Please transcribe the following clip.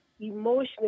emotionally